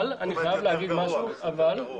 אבל אני חייב להגיד משהו -- בכמה?